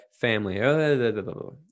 family